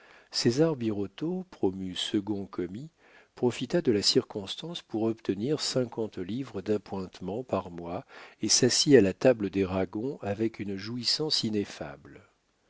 césar birotteau promu second commis profita de la circonstance pour obtenir cinquante livres d'appointements par mois et s'assit à la table des ragon avec une jouissance ineffable